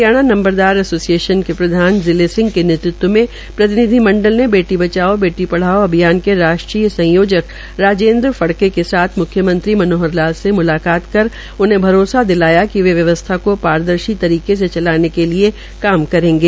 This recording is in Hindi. हरियाणा नंबरदार एसोसिएशन के प्रधान जिले सिंह के नेतृत्व में प्रतिनिधि मंडल ने बेटी बचाओ बेटी पढ़ाओ अभियान के राष्ट्रीय संयोजक राजेन्द्र फड़के के साथ मुख्यमंत्री मनोहर लाल से मुलाकात कर उन्हे भरोसा दिलाया कि वे व्यवस्था को पारदर्शी तरीके से चलाने के लिए काम करेंगे